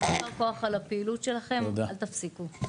אז ישר כוח על הפעילות שלכם, אל תפסיקו.